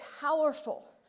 powerful